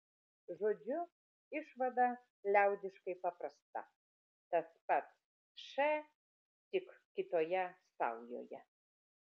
žodžiu išvada liaudiškai paprasta tas pats š tik kitoje saujoje